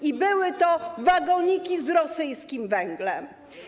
I były to wagoniki z rosyjskim węglem.